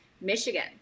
Michigan